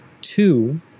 Two